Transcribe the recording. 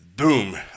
Boom